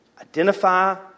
identify